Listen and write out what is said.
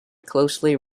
closely